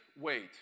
wait